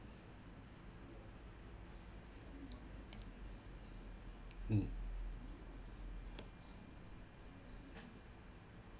mm